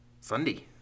Sunday